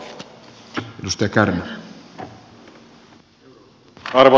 arvoisa puhemies